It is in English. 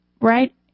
right